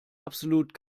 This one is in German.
absolut